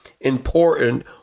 important